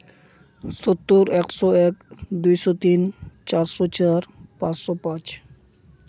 ᱥᱳᱛᱛᱳᱨ ᱮᱠᱥᱚ ᱮᱠ ᱫᱩᱭ ᱥᱚ ᱛᱤᱱ ᱪᱟᱨᱥᱚ ᱪᱟᱨ ᱯᱟᱸᱪᱥᱚ ᱯᱟᱸᱪ